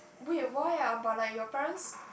wait why ah but like your parents